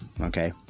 Okay